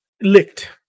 licked